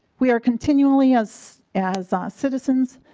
we are continuing as as ah citizens